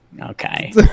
Okay